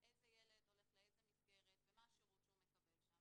איזה ילד הולך לאיזה מסגרת ומה השירות שהוא מקבל שם.